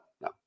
no